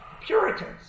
Puritans